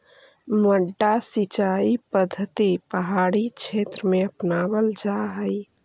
मड्डा सिंचाई पद्धति पहाड़ी क्षेत्र में अपनावल जा हइ